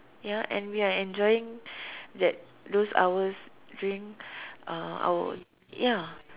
ya and we are enjoying that those hours during uh our ya